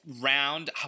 round